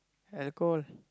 alcohol